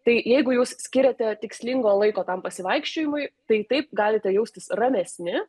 tai jeigu jūs skiriate tikslingo laiko tam pasivaikščiojimui tai taip galite jaustis ramesni